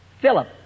Philip